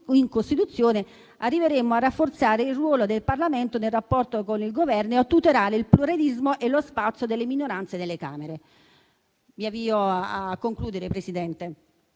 in Costituzione, arriveremmo a rafforzare il ruolo del Parlamento nel rapporto con il Governo e a tutelare il pluralismo e lo spazio delle minoranze nelle Camere. In conclusone, signor Presidente,